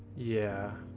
yeah,